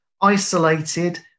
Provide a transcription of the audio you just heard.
isolated